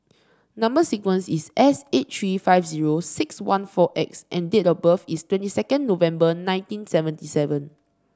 number sequence is S eight three five zero six one four X and date of birth is twenty second November nineteen seventy seven